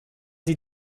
sie